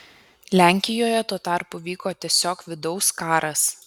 lenkijoje tuo tarpu vyko tiesiog vidaus karas